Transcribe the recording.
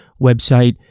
website